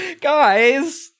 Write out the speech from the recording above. Guys